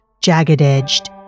jagged-edged